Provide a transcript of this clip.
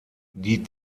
die